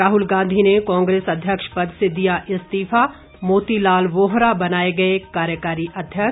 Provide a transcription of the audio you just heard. राहुल गांधी ने कांग्रेस अध्यक्ष पद से दिया इस्तीफा मोती लाल वोहरा बनाए गए कार्यकारी अध्यक्ष